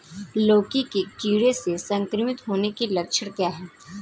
लौकी के कीड़ों से संक्रमित होने के लक्षण क्या हैं?